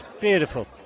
beautiful